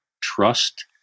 trust